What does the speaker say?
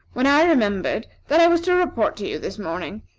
when i remembered that i was to report to you this morning.